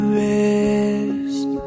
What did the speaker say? rest